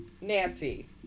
Nancy